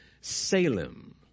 Salem